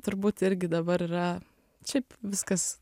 turbūt irgi dabar yra šiaip viskas